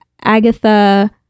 Agatha